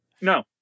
No